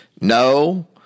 No